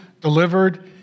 delivered